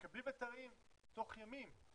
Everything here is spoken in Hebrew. מקבלים היתרים תוך ימים,